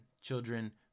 children